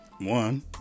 one